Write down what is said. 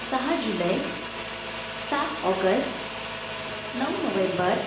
सहा जुलै सात ऑगस्ट नऊ नोव्हेंबर